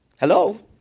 Hello